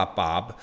Bob